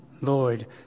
Lord